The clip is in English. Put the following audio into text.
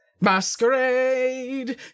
Masquerade